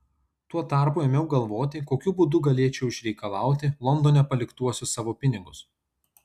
tuo tarpu ėmiau galvoti kokiu būdu galėčiau išreikalauti londone paliktuosius savo pinigus